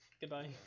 goodbye